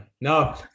No